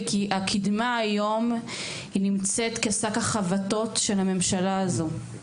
כי הקִדמה היום נמצאת כשק החבטות של הממשלה הזו.